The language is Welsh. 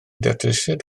datrysiad